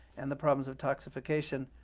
and the problems of toxification,